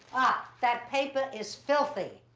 ah, that paper is filthy.